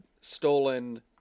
stolen